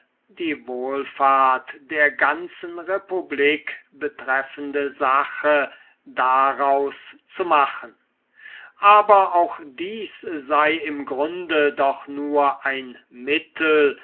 die wohlfahrt der ganzen republik betreffende sache daraus zu machen aber auch dies sei ihn grunde doch nur ein mittel